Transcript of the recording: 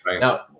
Now